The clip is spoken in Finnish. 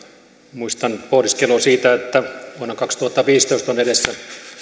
muistan pohdiskelua siitä että vuonna kaksituhattaviisitoista on edessä